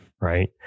right